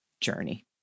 journey